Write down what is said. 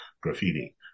graffiti